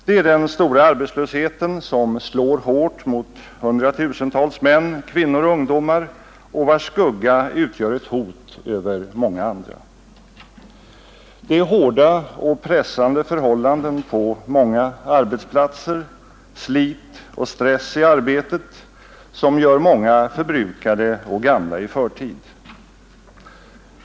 Det är den stora arbetslösheten, som slår hårt mot hundratusentals män, kvinnor och ungdomar, och vars skugga utgör ett hot över många andra. Det är hårda och pressande förhållanden på många arbetsplatser, slit och stress i arbetet, som gör många förbrukade och gamla i förtid.